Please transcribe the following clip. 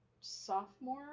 sophomore